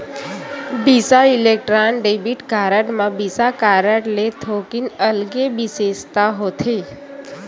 बिसा Electron debit card म Visa card ले थोकिन अलगे बिसेसता होथे